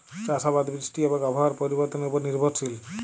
চাষ আবাদ বৃষ্টি এবং আবহাওয়ার পরিবর্তনের উপর নির্ভরশীল